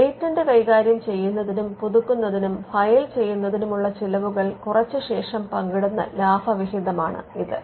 patent കൈകാര്യം ചെയ്യുന്നതിനും പുതുക്കുന്നതിനും ഫയൽ ചെയ്യുന്നതിനുമുള്ള ചിലവുകൾ കുറച്ച ശേഷം പങ്കിടുന്ന ലാഭവിഹിതമാണ് ഇത്